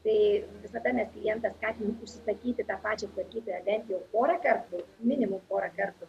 tai visada mes klientą skatinam užsisakyti tą pačią tvarkytoją bent jau porą kartų minimum porą kartų